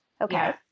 Okay